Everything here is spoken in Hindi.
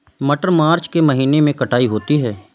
मटर मार्च के महीने कटाई होती है?